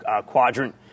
quadrant